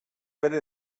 bere